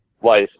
wife